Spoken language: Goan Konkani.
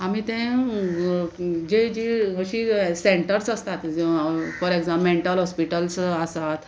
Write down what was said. आमी तें जे जी अशी सेंटर्स आसतात फॉर एग्जाम्प मॅण्टल हॉस्पिटल्स आसात